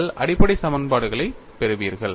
நீங்கள் அடிப்படை சமன்பாடுகளைப் பெறுவீர்கள்